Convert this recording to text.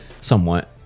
Somewhat